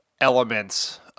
elements